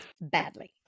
Badly